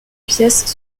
pièces